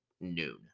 noon